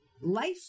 life